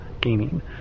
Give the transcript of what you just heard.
gaming